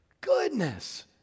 Goodness